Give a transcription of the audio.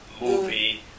movie